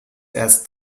erst